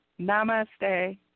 Namaste